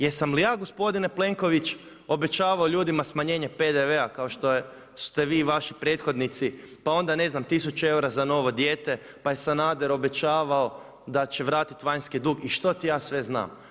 Jesam li ja gospodine Plenković obećavao ljudima smanjenje PDV-a kao što ste vi i vaši prethodnici, pa onda ne znam tisuću eura za novo dijete, pa je Sanader obećavao da će vratiti vanjski dug i što ti ja sve znam?